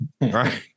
Right